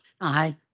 Aye